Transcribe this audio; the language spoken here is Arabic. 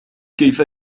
كيف